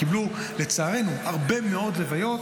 קיבלו לצערנו הרבה מאוד לוויות,